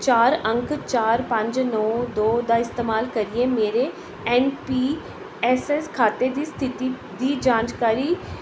चार अंक चार पंज नौ दो दा इस्तामाल करियै मेरे एन पी एस एस स्थिति दी जांच कारी